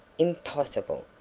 impossible,